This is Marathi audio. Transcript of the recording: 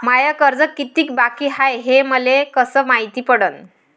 माय कर्ज कितीक बाकी हाय, हे मले कस मायती पडन?